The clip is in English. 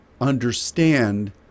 understand